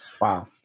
Wow